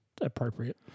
appropriate